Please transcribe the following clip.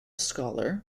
scholar